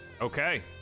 Okay